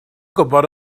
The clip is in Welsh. gwybod